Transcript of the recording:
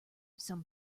some